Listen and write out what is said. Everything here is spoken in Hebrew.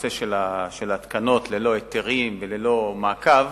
בנושא של התקנות ללא היתרים וללא מעקב,